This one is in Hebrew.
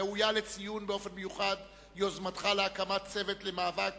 ראויה לציון באופן מיוחד יוזמתך להקמת צוות למאבק